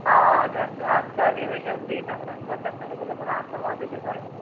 हँ चल एबै जल्दी बच्चा सबके समझ लेबै